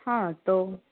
હા તો